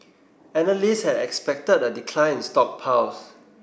analysts had expected a decline in stockpiles